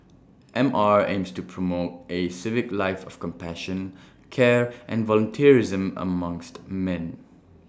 M R aims to promote A civic life of compassion care and volunteerism amongst man